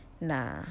nah